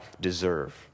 deserve